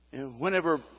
Whenever